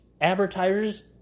advertisers